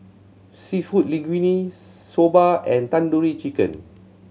Seafood Linguine Soba and Tandoori Chicken